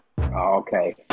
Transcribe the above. Okay